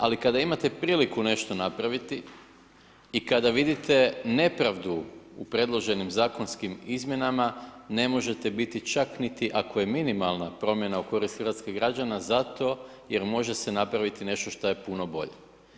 Ali kada imate priliku nešto napraviti i kada vidite nepravdu u predloženim zakonskim izmjenama ne možete biti čak niti ako je minimalna promjena u korist hrvatskih građana zato jer može se napraviti nešto što je puno bolje.